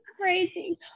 crazy